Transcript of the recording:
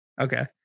Okay